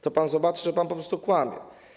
To pan zobaczy, że pan po prostu kłamie.